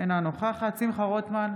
אינה נוכחת שמחה רוטמן,